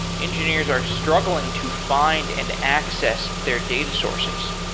engineers are struggling to find and access their data sources.